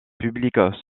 publics